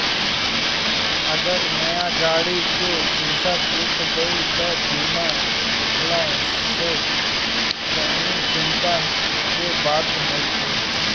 अगर नया गाड़ी के शीशा टूट गईल त बीमा होखला से कवनी चिंता के बात नइखे